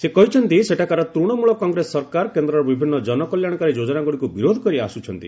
ସେ କହିଛନ୍ତି ସେଠାକାର ତୂଣମୂଳ କଗ୍ରେସ ସରକାର କେନ୍ଦ୍ରର ବିଭିନ୍ନ ଜନକଲ୍ୟାଶକାରୀ ଯୋଜନାଗୁଡ଼ିକୁ ବିରୋଧ କରି ଆସୁଛନ୍ତି